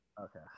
Okay